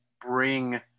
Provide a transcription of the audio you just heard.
bring